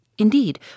Indeed